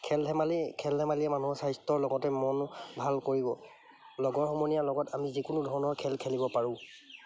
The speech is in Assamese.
খেল ধেমালি খেল ধেমালিয়ে মানুহৰ স্বাস্থ্যৰ লগতে মনো ভাল কৰিব লগৰ সমনীয়াৰ লগত আমি যিকোনো ধৰণৰ খেল খেলিব পাৰোঁ